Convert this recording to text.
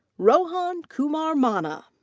rohan kumar manna.